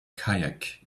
kayak